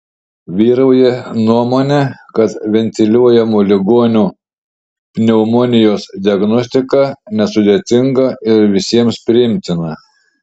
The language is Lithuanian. vyrauja nuomonė kad ventiliuojamų ligonių pneumonijos diagnostika nesudėtinga ir visiems priimtina